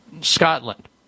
Scotland